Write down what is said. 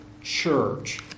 church